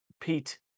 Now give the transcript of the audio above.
Pete